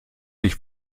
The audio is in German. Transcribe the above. ich